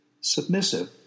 submissive